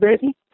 baby